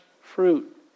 fruit